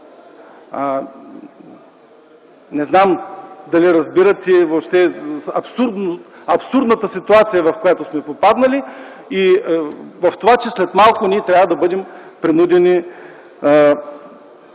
Не знам дали въобще разбирате абсурдната ситуация, в която сме попаднали и в това, че след малко ние трябва да бъдем принудени